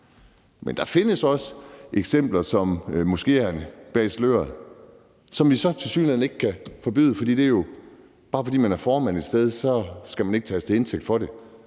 men der findes også eksempler som i »Moskéerne bag sløret«, som vi så tilsyneladende ikke kan forbyde. For bare fordi man er formand et sted, skal man så ikke tages til indtægt for det.